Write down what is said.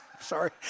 sorry